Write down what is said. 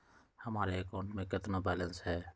हमारे अकाउंट में कितना बैलेंस है?